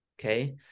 Okay